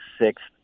sixth